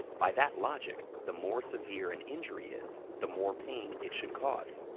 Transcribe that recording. by that logic, the more severe an injury is, the more pain it should cause.